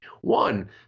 one